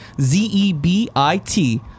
Z-E-B-I-T